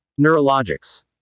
Neurologics